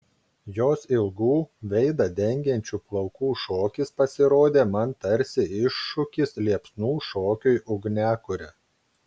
jos ilgų veidą dengiančių plaukų šokis pasirodė man tarsi iššūkis liepsnų šokiui ugniakure